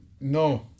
No